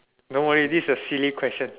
no worry this is a silly question